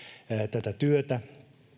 tätä työtä